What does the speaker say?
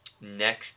next